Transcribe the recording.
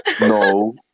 no